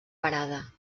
parada